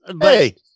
Hey